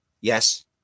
Yes